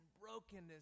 brokenness